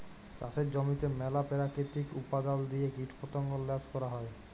চাষের জমিতে ম্যালা পেরাকিতিক উপাদাল দিঁয়ে কীটপতঙ্গ ল্যাশ ক্যরা হ্যয়